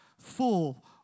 full